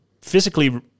physically